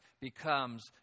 becomes